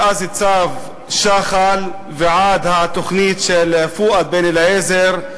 מאז צו שחל ועד התוכנית של פואד בן-אליעזר,